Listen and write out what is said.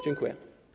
Dziękuję.